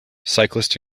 cyclist